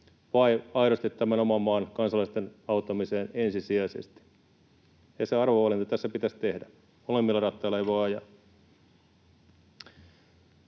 vai aidosti oman maan kansalaisten auttamiseen ensisijaisesti. Se arvovalinta tässä pitäisi tehdä, molemmilla rattailla ei voi ajaa.